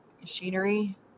machinery